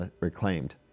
reclaimed